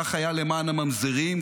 כך היה למען הממזרים,